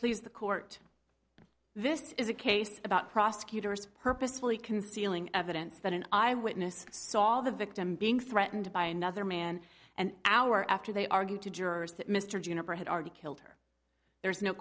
please the court this is a case about prosecutors purposefully concealing evidence then an eye witness saw the victim being threatened by another man an hour after they argued to jurors that mr juniper had already killed her there's no